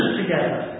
together